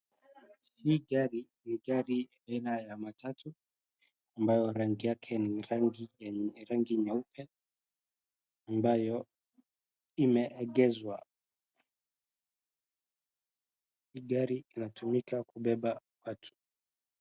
Hii gari ni gari aina ya matatu ambayo rangi yake ni rangi nyeupe ambayo imeegezwa. Hii gari inatumika kubeba watu.